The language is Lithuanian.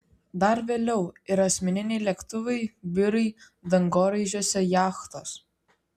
dar vėliau ir asmeniniai lėktuvai biurai dangoraižiuose jachtos